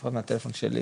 לפחות מהטלפון שלי,